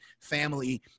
family